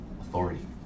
authority